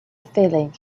feeling